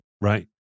right